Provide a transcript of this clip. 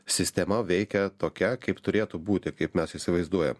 sistema veikia tokia kaip turėtų būti kaip mes įsivaizduojam